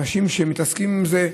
אנשים שמתעסקים עם זה,